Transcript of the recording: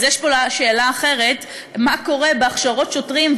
אז עולה כאן שאלה אחרת: מה קורה בהכשרות שוטרים,